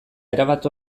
erabat